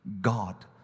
God